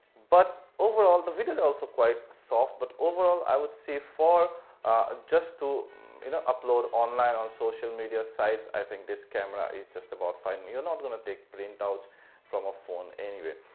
but overall the videos are so quite soft but overall i would see for just to you know upload online on social media sites i think this camera is just about fine. you are not gonna take printouts from a phone anyway.